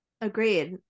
Agreed